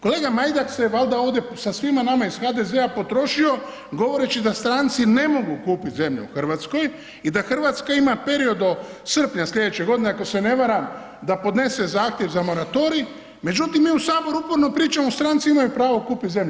Kolega Majdak se valjda ovdje sa svima nama iz HDZ-a potrošio govoreći da stranci ne mogu kupit zemlju u Hrvatskoj i da Hrvatska ima period do srpnja slijedeće godine, ako se ne varam da podnese zahtjev za moratorij, međutim mi u saboru uporno pričamo stranci imaju pravo kupit zemlju.